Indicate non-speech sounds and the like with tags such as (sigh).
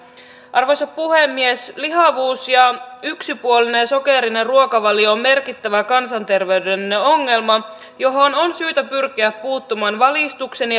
arvoisa puhemies lihavuus ja yksipuolinen sokerinen ruokavalio on merkittävä kansanterveydellinen ongelma johon on syytä pyrkiä puuttumaan valistuksen (unintelligible)